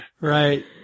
right